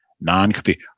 Non-compete